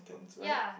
ya